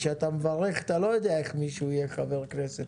כשאתה מברך אתה לא יודע איך מישהו יהיה כחבר כנסת,